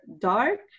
dark